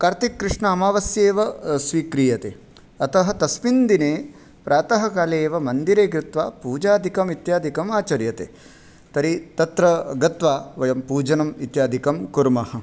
कार्तिककृष्णामावस्यैव स्वीक्रियते अतः तस्मिन् दिने प्रातःकाले एव मन्दिरे गत्वा पूजादिकम् इत्यादिकम् आचर्यते तर्हि तत्र गत्वा वयं पूजनम् इत्यादिकं कुर्मः